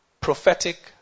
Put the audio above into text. prophetic